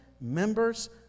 members